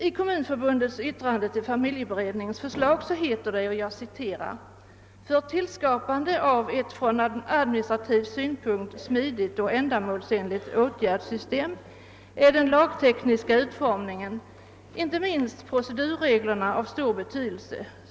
I Kommunförbundets yttrande över familjeberedningens förslag heter det bl.a.: »För tillskapande av ett från administrativ synpunkt smidigt och ändamålsenligt åtgärdssystem är den lagtekniska utformningen, inte minst procedurreglerna, av stor betydelse.